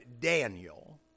Daniel